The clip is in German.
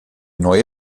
neue